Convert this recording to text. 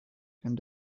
and